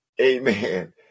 Amen